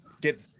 get